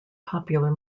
popular